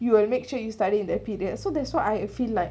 you will make sure you study that period so that's why I feel like